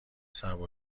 صعب